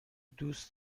دوست